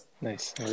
Nice